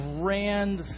grand